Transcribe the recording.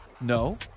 No